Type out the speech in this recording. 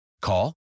Call